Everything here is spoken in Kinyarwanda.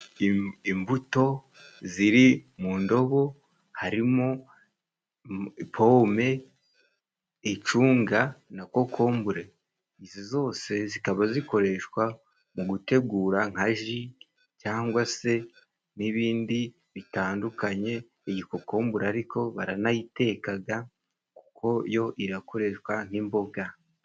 Imbuto ziri mu ndobo harimo: pome, icunga na kokombure, izi zose zikaba zikoreshwa mu gutegura nka ji cangwa se n'ibindi bitandukanye, iyi kokombura ariko baranayitekaga kuko yo irakoreshwa nk'imboga.